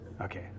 Okay